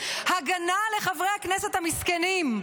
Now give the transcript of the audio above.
הגנה לחברי הכנסת המסכנים,